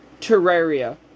Terraria